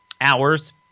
hours